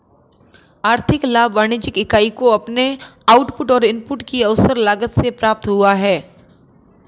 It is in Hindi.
आर्थिक लाभ वाणिज्यिक इकाई को अपने आउटपुट और इनपुट की अवसर लागत से प्राप्त हुआ है